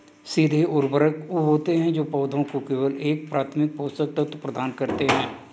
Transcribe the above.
सीधे उर्वरक वे होते हैं जो पौधों को केवल एक प्राथमिक पोषक तत्व प्रदान करते हैं